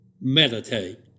Meditate